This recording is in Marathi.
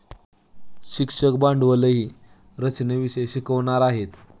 शिक्षक भांडवली रचनेविषयी शिकवणार आहेत